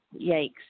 yikes